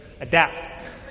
adapt